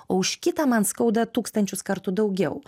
o už kitą man skauda tūkstančius kartų daugiau